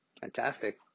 Fantastic